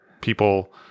people